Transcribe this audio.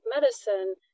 medicine